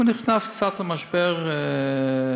הוא נכנס קצת למשבר תקציבי,